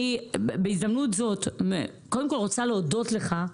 בהזדמנות הזאת אני קודם כול רוצה להודות לך,